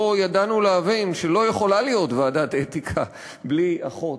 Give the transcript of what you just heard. לא ידענו להבין שלא יכולה להיות ועדת אתיקה בלי אחות,